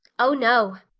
oh, no.